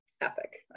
epic